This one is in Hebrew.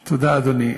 תודה, אדוני.